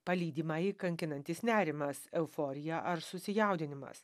palydimąjį kankinantis nerimas euforija ar susijaudinimas